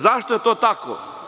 Zašto je to tako?